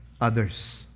others